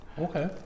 Okay